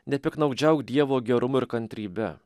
nepiktnaudžiauk dievo gerumu ir kantrybe